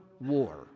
war